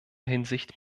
hinsicht